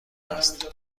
است